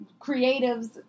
creatives